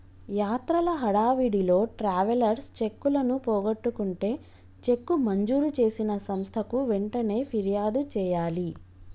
యాత్రల హడావిడిలో ట్రావెలర్స్ చెక్కులను పోగొట్టుకుంటే చెక్కు మంజూరు చేసిన సంస్థకు వెంటనే ఫిర్యాదు చేయాలి